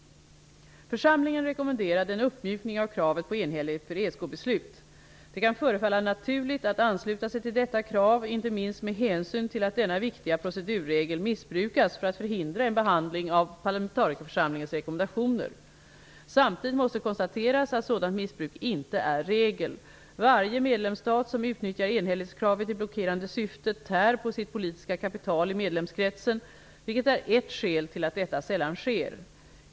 Församlingen rekommenderade en uppmjukning av kravet på enhällighet för ESK-beslut. Det kan förefalla naturligt att ansluta sig till detta krav inte minst med hänsyn till att denna viktiga procedurregel missbrukats för att förhindra en behandling av parlamentarikerförsamlingens rekommendationer. Samtidigt måste konstateras att sådant missbruk inte är regel. Varje medlemsstat som utnyttjar enhällighetskravet i blockerande syfte tär på sitt politiska kapital i medlemskretsen, vilket är ett skäl till att detta sällan sker.